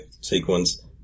sequence